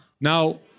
Now